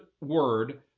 word